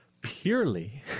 purely